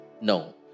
No